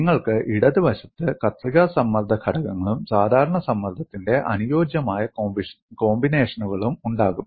നിങ്ങൾക്ക് ഇടത് വശത്ത് കത്രിക സമ്മർദ്ദ ഘടകങ്ങളും സാധാരണ സമ്മർദ്ദത്തിന്റെ അനുയോജ്യമായ കോമ്പിനേഷനുകളും ഉണ്ടാകും